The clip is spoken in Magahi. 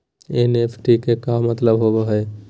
एन.ई.एफ.टी के का मतलव होव हई?